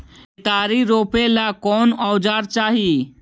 केतारी रोपेला कौन औजर चाही?